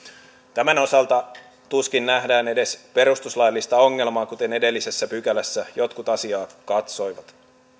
tämän osalta tuskin nähdään edes perustuslaillista ongelmaa kuten edellisessä pykälässä jotkut asiaa katsoivat